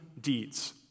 deeds